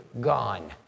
gone